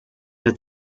der